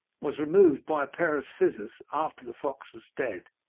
was removed by a pair of scissors after the fox was dead.